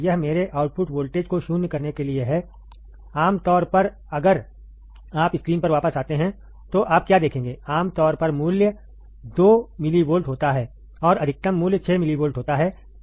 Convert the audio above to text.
यह मेरे output voltage को शून्य करने के लिए है आमतौर पर अगर आप स्क्रीन पर वापस आते हैं तो आप क्या देखेंगे आम तौर पर मूल्य 2 मिलीवोल्ट होता है और अधिकतम मूल्य 6 मिलीवोल्ट होता है